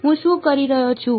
હું શું કરી રહ્યો છું